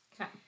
Okay